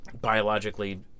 biologically